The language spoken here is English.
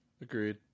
Agreed